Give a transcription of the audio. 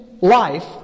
Life